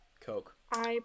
Coke